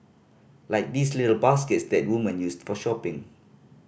like these little baskets that woman used for shopping